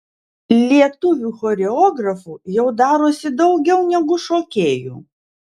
lietuvių choreografų jau darosi daugiau negu šokėjų